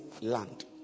land